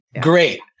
Great